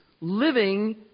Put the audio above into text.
living